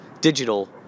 digital